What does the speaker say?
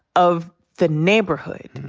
of the neighborhood.